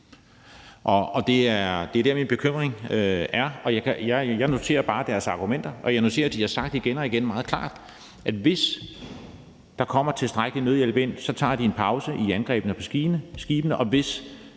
er det, der er min bekymring, og jeg noterer bare deres argumenter, og jeg noterer, at de igen og igen har sagt meget klart, at de, hvis der kommer tilstrækkelig nødhjælp ind, så tager en pause i angrebene på skibene, og at